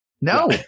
No